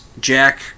Jack